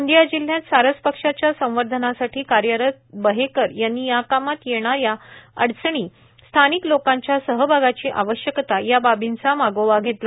गोंदिया जिल्हयात सारस पक्ष्याच्या संवर्धनासाठी कार्यरत सावन बहेकर यांनी या कामात येणाऱ्या अडचणी स्थानिक लोंकाच्या सहभागाची आवश्यकता या बाबींचा मागोवा घेतला